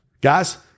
Guys